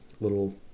little